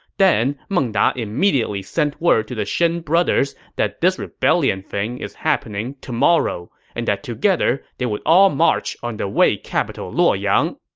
then he um ah immediately sent word to the shen brothers that this rebellion thing is happening tomorrow, and that together they would all march on the wei capital luoyang